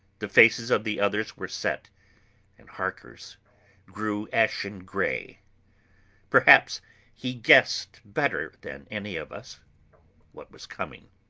the faces of the others were set and harker's grew ashen grey perhaps he guessed better than any of us what was coming.